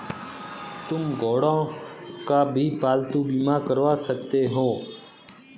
तुम घोड़ों का भी पालतू बीमा करवा सकते हो